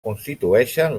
constitueixen